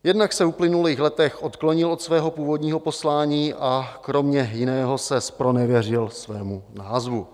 Jednak se v uplynulých letech odklonil od svého původního poslání a kromě jiného se zpronevěřil svému názvu.